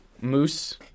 moose